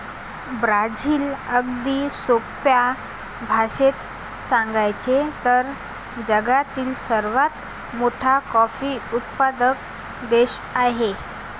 Brazil, अगदी सोप्या भाषेत सांगायचे तर, जगातील सर्वात मोठा कॉफी उत्पादक देश आहे